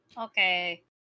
Okay